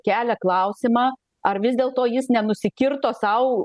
kelia klausimą ar vis dėlto jis nenusikirto sau